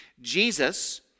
Jesus